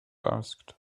asked